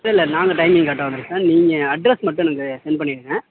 இல்லை இல்லை நாங்கள் டைமிங் கரெட்டாக வந்துடுறோம் சார் நீங்கள் அட்ரஸ் மட்டும் எனக்கு சென்ட் பண்ணிவிடுங்க